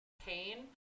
pain